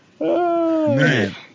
Man